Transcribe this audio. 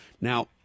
Now